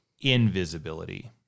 invisibility